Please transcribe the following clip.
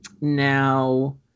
Now